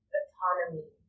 autonomy